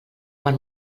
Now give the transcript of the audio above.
per